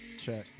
Check